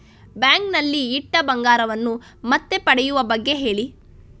bank ನಲ್ಲಿ ಇಟ್ಟ ಬಂಗಾರವನ್ನು ಮತ್ತೆ ಪಡೆಯುವ ಬಗ್ಗೆ ಹೇಳಿ